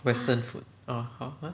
western food ah !huh! what